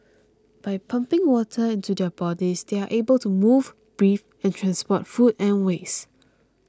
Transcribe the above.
by pumping water into their bodies they are able to move breathe and transport food and waste